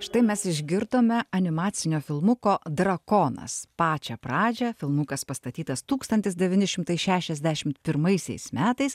štai mes išgirdome animacinio filmuko drakonas pačią pradžią filmukas pastatytas tūkstantis devyni šimtai šešiasdešimt pirmaisiais metais